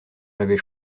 j’avais